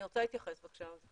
אני רוצה להתייחס בבקשה.